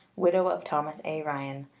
widow of thomas a. ryan.